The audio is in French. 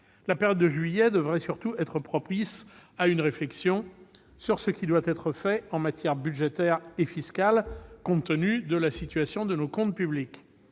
La période de juillet devrait surtout être propice à une réflexion sur ce qui doit être fait en matière budgétaire et fiscale, compte tenu de la situation de nos comptes publics.